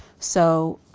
so,